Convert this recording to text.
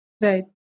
Right